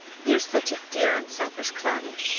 you're such a dear, unselfish cloudy.